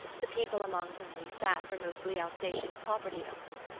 the people among whom we sat were mostly alsatian property-owners,